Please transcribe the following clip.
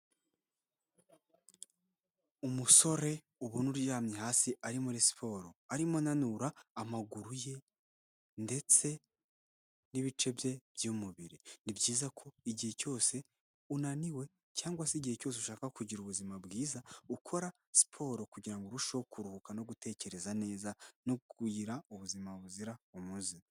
Umusore ubona uryamye hasi ari muri siporo arimo ananura amaguru ye ndetse n'ibice bye by'umubiri, ni byiza ko igihe cyose unaniwe cyangwa se igihe cyose ushaka kugira ubuzima bwiza ukora siporo kugirango urusheho kuruhuka no gutekereza neza no kugira ubuzima buzira umuze.